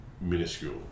minuscule